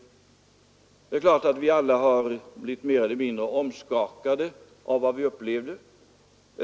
Det är klart att vi alla har blivit mer eller mindre omskakaåde av vad vi upplevde.